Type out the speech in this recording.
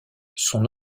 son